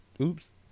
oops